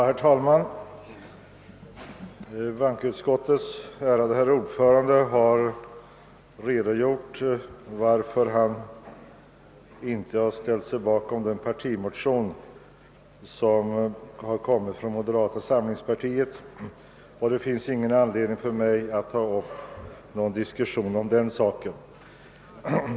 Herr talman! Bankoutskottets ärade ordförande har redogjort för varför han inte har ställt sig bakom den partimotion som har väckts av moderata samlingspartiet, och det finns ingen anledning för mig att ta upp någon diskussion om den saken.